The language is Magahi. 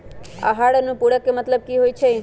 आहार अनुपूरक के मतलब की होइ छई?